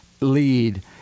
lead